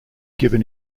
given